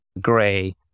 gray